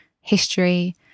history